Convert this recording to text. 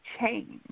change